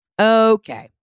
Okay